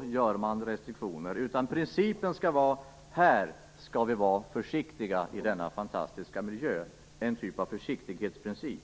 det gör restriktioner, utan principen skall vara att vi skall vara försiktiga i denna fantastiska miljö. Med andra ord blir det en typ av försiktighetsprincip.